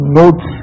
notes